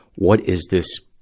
what is this,